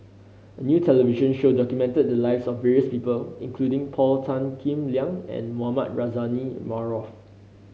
a new television show documented the lives of various people including Paul Tan Kim Liang and Mohamed Rozani Maarof